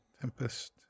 Tempest